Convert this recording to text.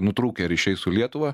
nutrūkę ryšiai su lietuva